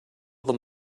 them